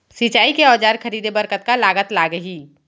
सिंचाई के औजार खरीदे बर कतका लागत लागही?